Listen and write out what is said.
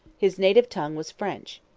his native tongue was french.